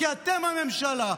כי אתם הממשלה,